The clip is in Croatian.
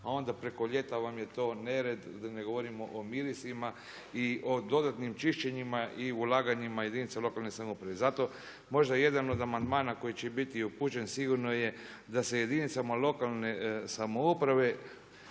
a onda preko ljeta vam je to nered, da ne govorimo o mirisima i o dodatnim čišćenjima i ulaganjima jedinicama lokalne samouprave, zato možda jedan od amandmana koji će biti upućen sigurno je da se jedinicama lokalne samouprave